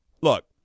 look